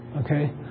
Okay